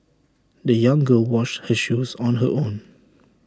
the young girl washed her shoes on her own